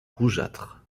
rougeâtres